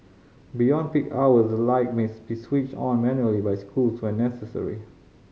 beyond peak hours the light may switched on manually by schools when necessary